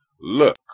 Look